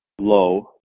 low